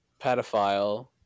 pedophile